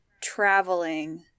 traveling